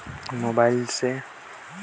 Phone मे recharge करे बर और कोनो सुविधा है कौन?